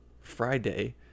friday